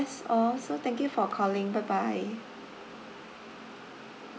that's all so thank you for calling bye bye